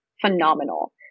phenomenal